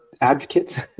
advocates